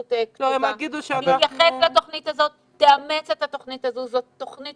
התייחסות כתובה ותאמץ את התוכנית הזו זו תוכנית